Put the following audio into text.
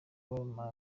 all